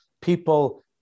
people